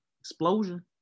explosion